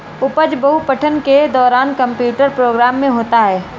उपज बहु पठन के दौरान कंप्यूटर प्रोग्राम में होता है